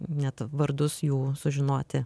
net vardus jų sužinoti